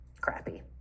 crappy